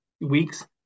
weeks